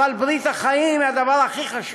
אבל ברית החיים זה הדבר הכי חשוב.